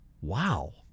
Wow